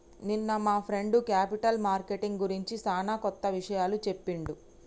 నిన్న మా friend capital marketing గురించి సానా కొత్త విషయాలు చెప్పిండు